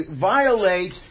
violate